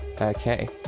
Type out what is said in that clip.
Okay